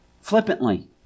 flippantly